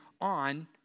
on